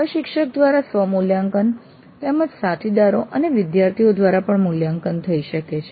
પ્રશિક્ષક દ્વારા સ્વ મૂલ્યાંકન તેમજ સાથીદારો અને વિદ્યાર્થીઓ દ્વારા પણ મૂલ્યાંકન થઈ શકે છે